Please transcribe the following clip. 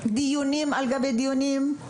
דיונים על גבי דיונים, פה,